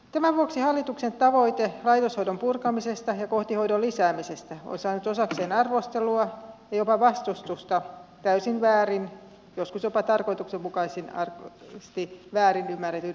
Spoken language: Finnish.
tämän vuoksi hallituksen tavoite laitoshoidon purkamisesta ja kotihoidon lisäämisestä on saanut osakseen arvostelua ja jopa vastustusta täysin väärin joskus jopa tarkoituksenmukaisesti väärin ymmärretyin argumentein